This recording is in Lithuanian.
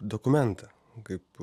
dokumentą kaip